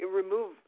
remove